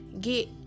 get